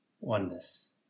Oneness